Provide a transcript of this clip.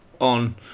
on